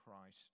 christ